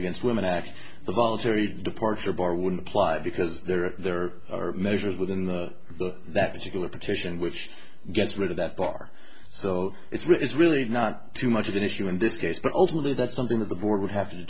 against women act the voluntary departure bar would apply because there are there are measures within that particular petition which gets rid of that bar so it's really not too much of an issue in this case but ultimately that's something that the board would have to